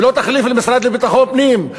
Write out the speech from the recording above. ולא תחליף למשרד לביטחון פנים,